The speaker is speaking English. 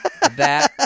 That-